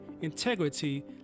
integrity